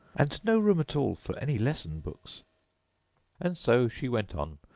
and no room at all for any lesson-books and so she went on,